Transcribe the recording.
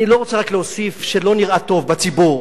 אני לא רוצה להוסיף שלא נראה טוב בציבור